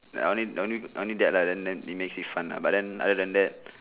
I only only only that lah then then it makes it fun lah but then other than that